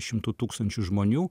šimtų tūkstančių žmonių